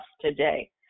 today